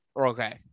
Okay